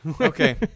Okay